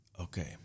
Okay